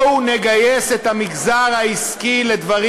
בואו נגייס את המגזר העסקי לדברים